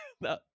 No